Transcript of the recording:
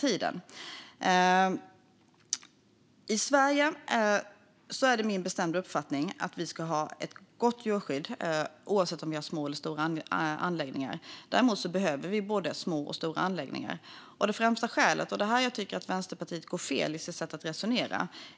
I Sverige är det min bestämda uppfattning att vi ska ha ett gott djurskydd oavsett om vi har små eller stora anläggningar. Däremot behöver vi både små och stora anläggningar. Det är här jag tycker att Vänsterpartiet går fel i sitt sätt att resonera.